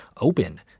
open